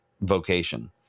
vocation